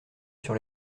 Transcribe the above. sur